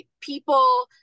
people